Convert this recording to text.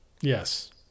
yes